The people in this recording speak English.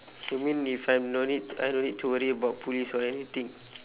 you mean if I no need I don't need to worry about police or anything